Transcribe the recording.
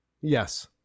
Yes